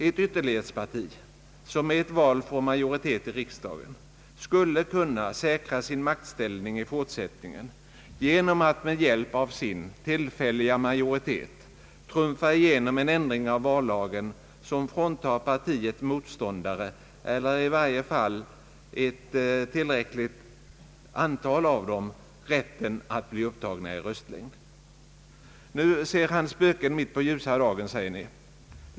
Ett ytterlighetsparti, som i ett val får majoritet i riksdagen, skulle kunna säkra sin maktställning i fortsättningen genom att med hjälp av sin tillfälliga majoritet trumfa igenom en ändring av vallagen som fråntar partiets motståndare — eller i varje fall ett tillräckligt antal av dem — rätten att bli upptagna i röstlängd. »Nu ser han spöken mitt på ljusa dagen», säger ni.